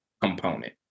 component